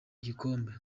gikombe